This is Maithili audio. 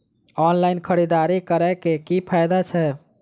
ऑनलाइन खरीददारी करै केँ की फायदा छै?